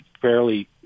fairly